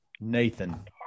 Nathan